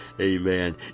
Amen